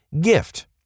gift